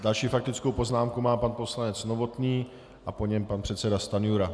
Další faktickou poznámku má pan poslanec Novotný a po něm pan předseda Stanjura.